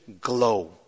glow